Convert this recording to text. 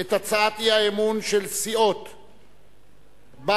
את הצעת האי-אמון של סיעות בל"ד,